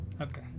Okay